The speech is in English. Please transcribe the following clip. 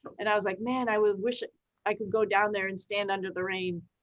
and i was like, man, i wish wish i could go down there and stand under the rain.